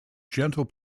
gentle